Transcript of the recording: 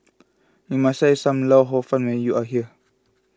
you must try Sam Lau Hor Fun when you are here